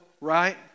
right